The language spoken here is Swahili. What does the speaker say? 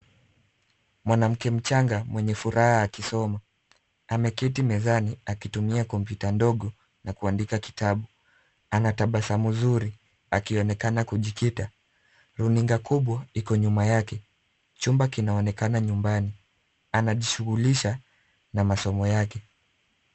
Mwanamke mchanga mwenye furaha akisoma. Ameketi mezani akitumia kompyuta ndogo akiandika kitabu. Anatabasamu zuri akionekana kujikita. Runinga kubwa iko nyuma yake. Chumba kinaonekana nyumbani. Anajishughulisha na masomo yake.